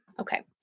okay